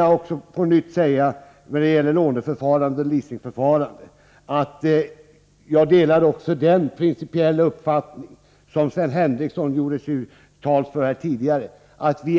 Jag vill på nytt säga vad gäller låneoch leasingförfarandet att även jag delar den principiella uppfattning som Sven Henricsson givit uttryck för tidigare, nämligen att vi